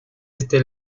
este